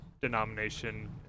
denomination